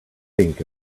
think